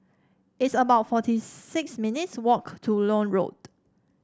it's about forty six minutes' walk to Lloyd Road